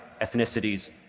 ethnicities